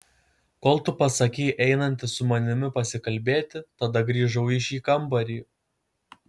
kol tu pasakei einantis su manimi pasikalbėti tada grįžau į šį kambarį